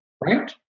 right